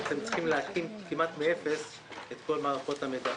כלומר כאן צריך להקים כמעט מאפס את כל מערכות המידע.